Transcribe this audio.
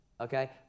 okay